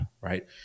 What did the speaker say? right